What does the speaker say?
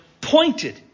pointed